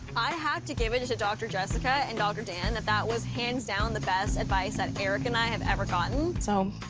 i have to give it to dr. jessica and dr. dan that that was hands down the best advice that eric and i have ever gotten. so,